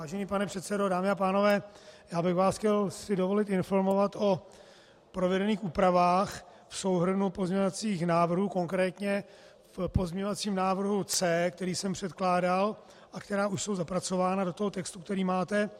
Vážený pane předsedo, dámy a pánové, chtěl bych si dovolit informovat vás o provedených úpravách v souhrnu pozměňovacích návrhů, konkrétně pozměňovacím návrhu C, který jsem předkládal, a které už jsou zapracovány do toho textu, který máte.